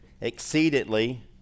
exceedingly